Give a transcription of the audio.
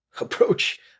approach